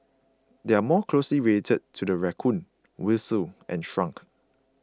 they are more closely related to the raccoon weasel and skunk